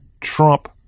Trump